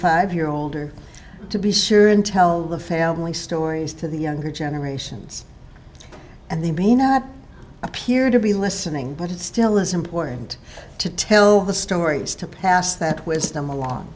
five year old or to be sure and tell the failing stories to the younger generations and they may not appear to be listening but it still is important to tell the stories to pass that wisdom along